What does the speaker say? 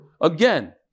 Again